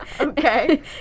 Okay